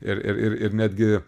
ir ir ir ir netgi